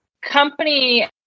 Company